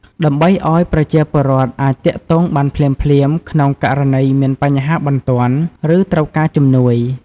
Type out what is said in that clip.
ដើម្បីឲ្យប្រជាពលរដ្ឋអាចទាក់ទងបានភ្លាមៗ ក្នុងករណីមានបញ្ហាបន្ទាន់ ឬត្រូវការជំនួយ។